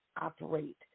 operate